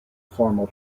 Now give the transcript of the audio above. formal